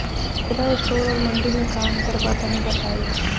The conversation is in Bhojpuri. खुदरा स्टोर और मंडी में का अंतर बा तनी बताई?